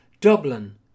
Dublin